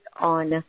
on